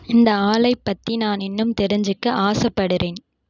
இந்த ஆளைப் பற்றி நான் இன்னும் தெரிஞ்சிக்க ஆசப்படுறேன்